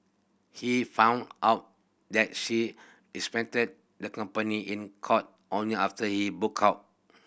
he found out that she represented the company in court only after he booked out